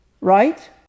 right